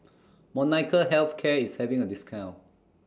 Molnylcke Health Care IS having A discount